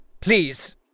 Please